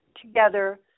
together